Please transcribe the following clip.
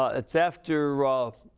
ah it's after ah